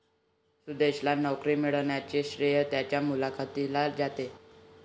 सुदेशला नोकरी मिळण्याचे श्रेय त्याच्या मुलाखतीला जाते